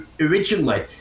originally